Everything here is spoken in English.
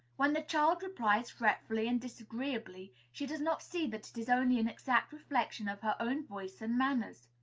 when the child replies fretfully and disagreeably, she does not see that it is only an exact reflection of her own voice and manners.